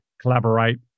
collaborate